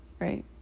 Right